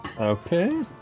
Okay